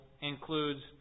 includes